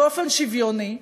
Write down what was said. באופן שוויוני.